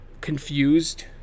confused